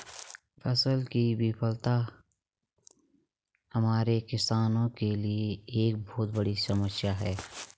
फसल की विफलता हमारे किसानों के लिए एक बहुत बड़ी समस्या है